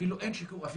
אפילו אין תקנות.